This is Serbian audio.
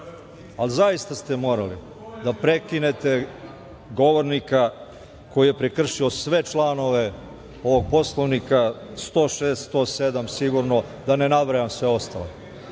ali zaista ste morali da prekinete govornika koji je prekršio sve članove ovog Poslovnika, 106, 107, sigurno, da ne nabrajam sve